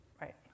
Right